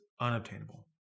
unobtainable